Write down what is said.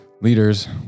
leaders